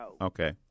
Okay